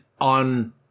on